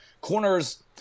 corners